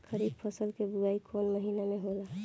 खरीफ फसल क बुवाई कौन महीना में होला?